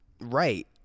right